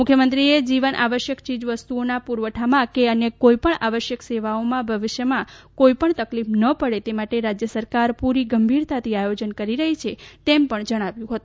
મુખ્ય મંત્રીએ જીવન આવશ્યક ચીજવસ્તુઓના પુરવઠામાં કે અન્ય કોઇ પણ આવશ્યક સેવાઓમાં ભવિષ્યમાં પણ કોઇ તકલીફ ન પડે તે માટે રાજ્ય સરકાર પૂરી ગંભીરતાથી આયોજન કરી રહી છે એમ પણ તેમણે જણાવ્યું છે